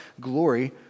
glory